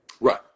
Right